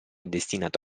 destinato